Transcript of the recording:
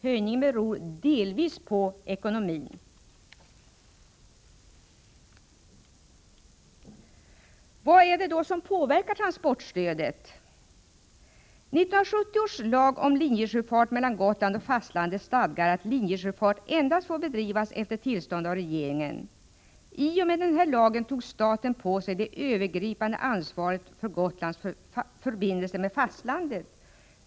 Höjningen beror delvis på ekonomin. Vad är det då som påverkar transportstödet? I 1970 års lag om linjesjöfart mellan Gotland och fastlandet stadgas att linjesjöfart får bedrivas endast efter tillstånd av regeringen. I och med denna lag tog staten på sig det övergripande ansvaret för Gotlands förbindelser med fastlandet.